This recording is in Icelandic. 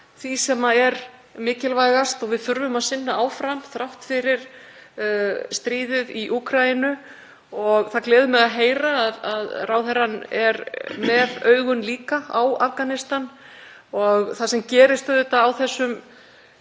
því sem er mikilvægast og við þurfum að sinna áfram þrátt fyrir stríðið í Úkraínu. Það gleður mig að heyra að ráðherrann er líka með augun á Afganistan. Það sem gerist á þessum